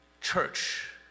church